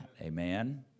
Amen